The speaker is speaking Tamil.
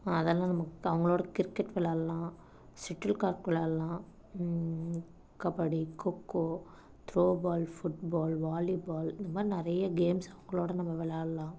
அதெல்லாம் நம்ம அவங்களோட கிரிக்கெட் விளாட்லாம் செட்டில் காக் விளாட்லாம் kabaddi kho kho throwball football volleyball இந்தமாதிரி நிறைய கேம்ஸ் அவங்களோட நம்ம விளாட்லாம்